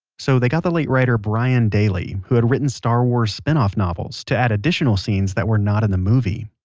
so they got the late writer brian daley who had written star war spin-off novels to add additional scenes that were not in the movie.